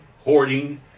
hoarding